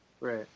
Right